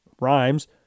rhymes